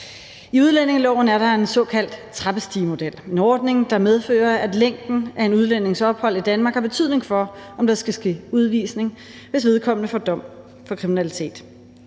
I udlændingeloven er der den såkaldte trappestigemodel – en ordning, der medfører, at længden af udlændinges ophold i Danmark har betydning for, om der skal ske udvisning, hvis vedkommende får dom for kriminalitet.